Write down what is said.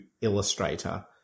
illustrator